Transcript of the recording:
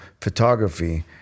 photography